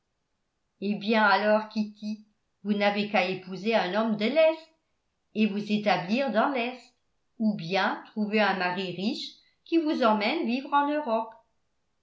eh bien alors kitty vous n'avez qu'à épouser un homme de l'est et vous établir dans l'est ou bien trouver un mari riche qui vous emmène vivre en europe